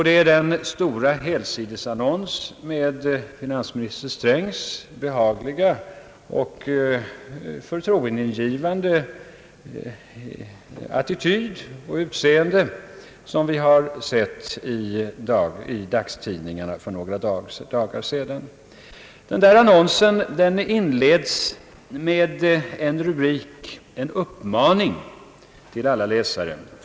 Det är den stora helsidesannons med finansminister Strängs behagliga och förtroendegivande utseende som blickfång, som vi har tagit del av i dagstidningarna för några dagar sedan. Den annonsen inleds med en rubrik — en uppmaning till alla läsare.